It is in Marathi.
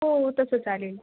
हो तसं चालेल